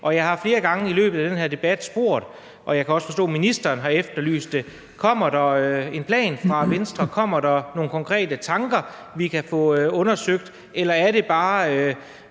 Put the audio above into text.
Jeg har flere gange i løbet af den her debat spurgt, og jeg kan også forstå, at ministeren har efterlyst det: Kommer der en plan fra Venstre, kommer der nogle konkrete tanker, vi kan få undersøgt, eller er det bare